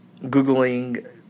Googling